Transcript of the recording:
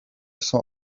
saw